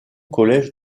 college